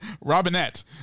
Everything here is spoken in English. Robinette